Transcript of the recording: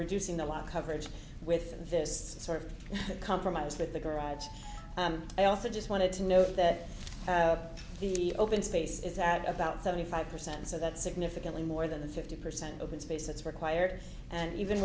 reducing the live coverage with this sort of compromise that the garage i also just wanted to know that the open space is out about seventy five percent so that significantly more than the fifty percent open space that's required and even